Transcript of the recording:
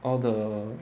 all the